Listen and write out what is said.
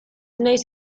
naiz